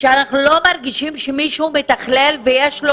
אנחנו לא מרגישים שמישהו מתכלל ויש לו